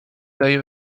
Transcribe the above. tej